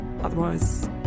Otherwise